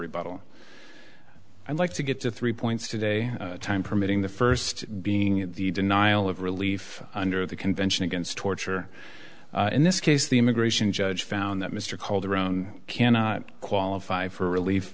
rebuttal i'd like to get to three points today time permitting the first being the denial of relief under the convention against torture in this case the immigration judge found that mr calderon cannot qualify for relief